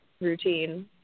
routine